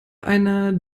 einer